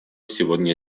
сегодня